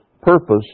purpose